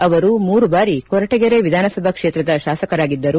ಅವರು ಮೂರು ಬಾರಿ ಕೊರಟಗೆರೆ ವಿಧಾನಸಭಾ ಕ್ಷೇತ್ರದ ಶಾಸಕರಾಗಿದ್ದರು